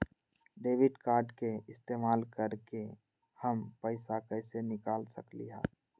Debit card के इस्तेमाल करके हम पैईसा कईसे निकाल सकलि ह?